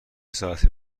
ساعتی